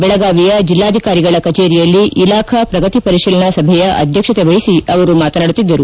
ಬೆಳಗಾವಿಯ ಜಿಲ್ಲಾಧಿಕಾರಿಗಳ ಕಚೇರಿಯಲ್ಲಿ ಇಲಾಖಾ ಪ್ರಗತಿ ಪರಿಶೀಲನಾ ಸಭೆಯ ಅಧ್ಯಕ್ಷತೆ ವಹಿಸಿ ಅವರು ಮಾತನಾಡಿದರು